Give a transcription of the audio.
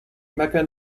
mecca